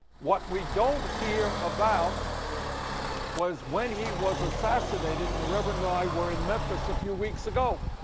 what we don't hear about was when he was assassinated and the reverend and i were in memphis a few weeks ago.